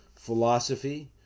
philosophy